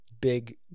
big